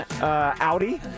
Audi